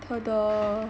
ta da